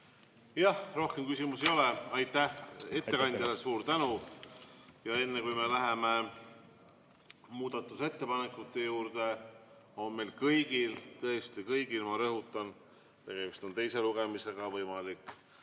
Rohkem küsimusi ei ole. Aitäh ettekandjale! Suur tänu! Enne kui me läheme muudatusettepanekute juurde, on meil kõigil, tõesti kõigil, ma rõhutan – tegemist on teise lugemisega – võimalik